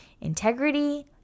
Integrity